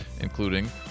including